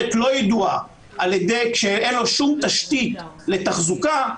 לא ידועה כשאין לו שום תשתית לתחזוקה,